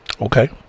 Okay